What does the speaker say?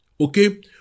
Okay